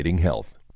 health